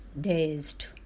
dazed